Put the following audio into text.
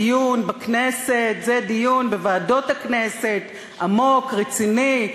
דיון בכנסת זה דיון בוועדות הכנסת, עמוק, רציני.